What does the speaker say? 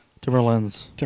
Timberlands